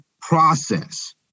process